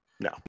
No